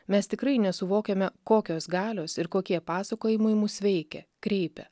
mes tikrai nesuvokiame kokios galios ir kokie pasakojimai mus veikia kreipia